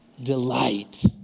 delight